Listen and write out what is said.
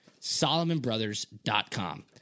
Solomonbrothers.com